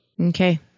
Okay